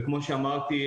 וכמו שאמרתי,